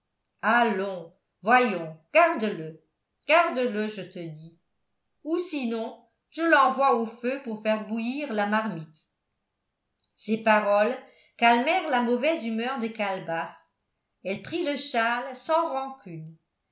allons voyons garde-le garde-le je te dis ou sinon je l'envoie au feu pour faire bouillir la marmite ces paroles calmèrent la mauvaise humeur de calebasse elle prit le châle sans rancune